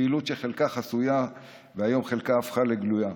פעילות שחלקה חסויה והיום חלקה הפכה לגלויה,